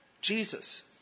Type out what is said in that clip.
Jesus